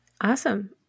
awesome